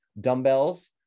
dumbbells